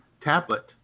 tablet